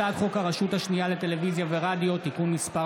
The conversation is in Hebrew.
הצעת חוק הרשות השנייה לטלוויזיה ורדיו (תיקון מס'